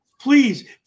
Please